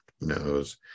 knows